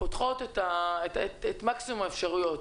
שפותחות את מקסימום האפשרויות.